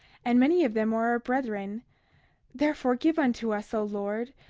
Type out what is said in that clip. and many of them are our brethren therefore, give unto us, o lord,